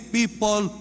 people